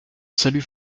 salut